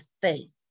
faith